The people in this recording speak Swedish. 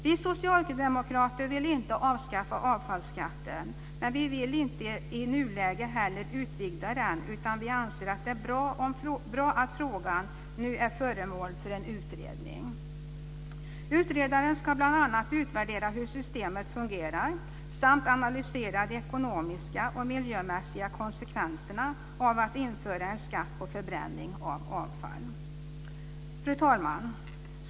Vi socialdemokrater vill inte avskaffa avfallsskatten, men vi vill i nuläget inte heller utvidga den. Vi anser att det är bra att frågan nu är föremål för en utredning. Utredaren ska bl.a. utvärdera hur systemet fungerar samt analysera de ekonomiska och miljömässiga konsekvenserna av att införa en skatt på förbränning av avfall. Fru talman!